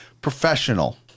professional